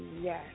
Yes